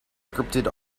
scripted